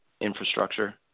infrastructure